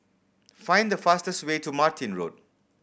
find the fastest way to Martin Road